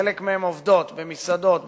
חלק מהן עובדות במסעדות ובחנויות,